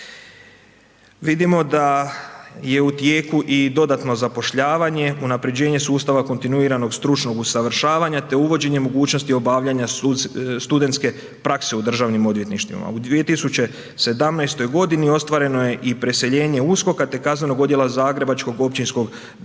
Vidimo da je u tijeku i dodatno zapošljavanje, unapređenje sustava kontinuiranog stručnog usavršavanja te uvođenje mogućnosti obavljanja studentske prakse u državnim odvjetništvima. U 2017. godini ostvareno je i preseljenje USKOK-a te kaznenog odjela zagrebačkog Općinskog državnog